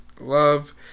Love